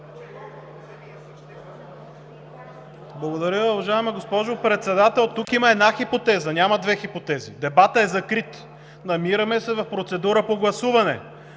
Благодаря. Уважаема госпожо Председател, тук има една хипотеза, няма две хипотези. Дебатът е закрит. Намираме се в процедура по гласуване.